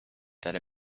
that